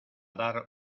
dar